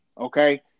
okay